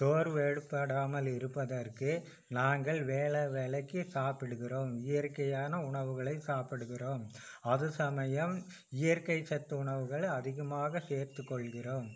சோர்வு ஏற்படாமல் இருப்பதற்கு நாங்கள் வேள வேளைக்கு சாப்பிடுகிறோம் இயற்கையான உணவுகளை சாப்பிடுகிறோம் அது சமயம் இயற்கை சத்து உணவுகள் அதிகமாக சேர்த்து கொள்கிறோம்